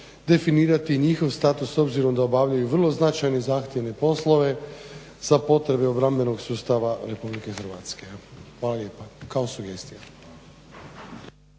definirati njihov status s obzirom da obavljaju vrlo značajne i zahtjevne poslove za potrebe obrambenog sustava RH. Hvala lijepa. Kao sugestija.